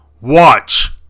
Watch